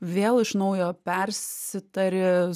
vėl iš naujo persitari